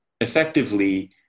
effectively